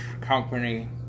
company